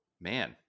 man